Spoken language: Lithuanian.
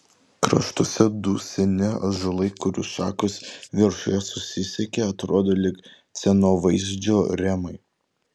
kraštuose du seni ąžuolai kurių šakos viršuje susisiekia atrodo lyg scenovaizdžio rėmai